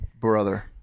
Brother